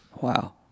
Wow